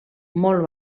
molt